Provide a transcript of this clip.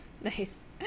Nice